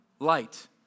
light